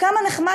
כמה נחמד.